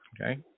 Okay